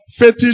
Fetish